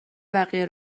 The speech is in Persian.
بقیه